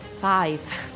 Five